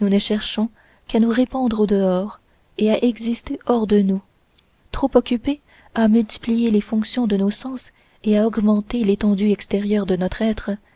nous ne cherchons qu'à nous répandre au-dehors et à exister hors de nous trop occupés à multiplier les fonctions de nos sens et à augmenter l'étendue extérieure de notre être